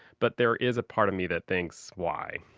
but there is a part of me that thinks, why?